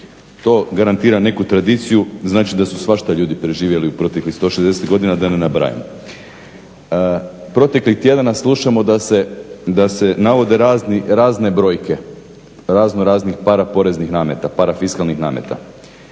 To garantira neku tradiciju, znači da su svašta ljudi preživjeli u proteklih 160 godina da ne nabrajam. Proteklih tjedana slušamo da se navode razne brojke raznoraznih paraporeznih nameta, parafiskalnih nameta.